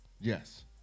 Yes